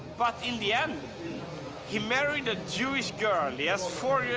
but in the end he married a jewish girl. he has four yeah